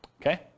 Okay